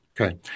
Okay